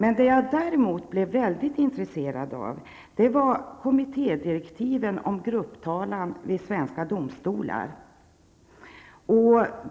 Vad jag blev mycket intresserad av var kommittédirektiven om grupptalan vid svenska domstolar.